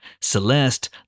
Celeste